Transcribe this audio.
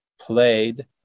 played